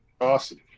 Awesome